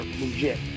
legit